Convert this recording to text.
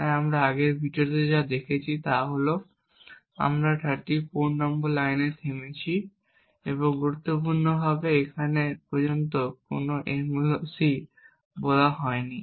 তাই আমরা আগের ভিডিওগুলিতে যা দেখেছি তা হল আমরা 34 নম্বর লাইনে থেমেছি এবং গুরুত্বপূর্ণভাবে এখন পর্যন্ত কোনও malloc বলা হয়নি